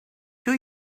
two